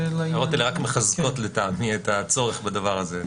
האלה רק מחזקות לטעמי את הצורך בדבר הזה.